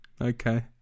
Okay